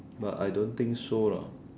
but I don't think so lah